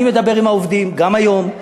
אני מדבר עם העובדים גם היום.